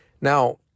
Now